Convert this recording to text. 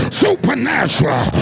supernatural